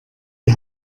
die